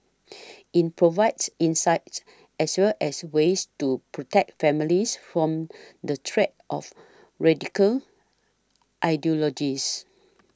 it provides insights as well as ways to protect families from the threats of radical ideologies